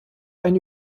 ein